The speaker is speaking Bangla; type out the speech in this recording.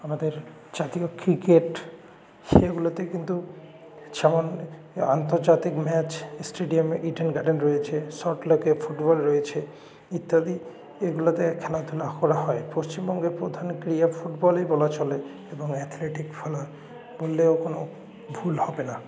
আমাদের জাতীয় ক্রিকেট এগুলোতে কিন্তু যেমন আন্তর্জাতিক ম্যাচ স্টেডিয়ামে ইডেন গার্ডেন রয়েছে সল্টলেকে ফুটবল রয়েছে ইত্যাদি এগুলোতে খেলাধুলা করা হয় পশ্চিমবঙ্গের প্রধান ক্রীড়া ফুটবলই বলা চলে এবং অ্যাথলেটিকস বললেও কোনো ভুল হবে না